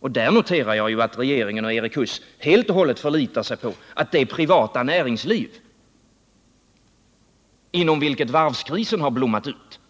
Och jag noterar att regeringen och Erik Huss helt och hållet förlitar sig på det privata näringsliv inom vilket varvskrisen har blommat ut.